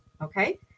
okay